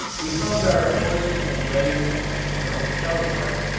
we found our horses in readiness in the hotel yard,